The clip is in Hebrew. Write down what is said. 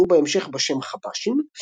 נודעו בהמשך בשם חבשים,